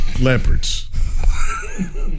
Leopards